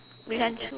we can choose